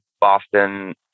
Boston